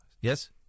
Yes